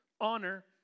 honor